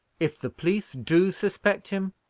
if the police do suspect him,